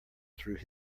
through